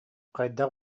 хайдах